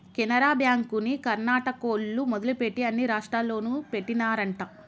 కెనరా బ్యాంకుని కర్ణాటకోల్లు మొదలుపెట్టి అన్ని రాష్టాల్లోనూ పెట్టినారంట